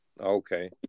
Okay